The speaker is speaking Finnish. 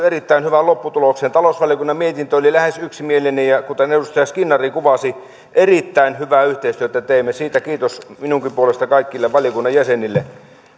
erittäin hyvään lopputulokseen talousvaliokunnan mietintö oli lähes yksimielinen ja kuten edustaja skinnari kuvasi erittäin hyvää yhteistyötä teimme siitä kiitos minunkin puolestani kaikille valiokunnan jäsenille